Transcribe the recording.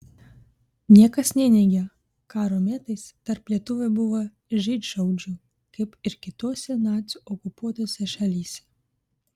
niekas neneigia karo metais tarp lietuvių buvo žydšaudžių kaip ir kitose nacių okupuotose šalyse